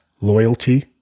loyalty